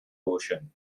ocean